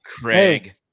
Craig